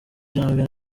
janvier